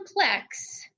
complex